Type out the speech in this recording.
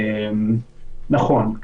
נכון,